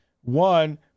one